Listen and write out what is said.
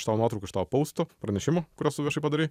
iš tavo nuotraukų iš tavo poustų pranešimų kuriuos tu viešai padarei